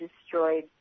destroyed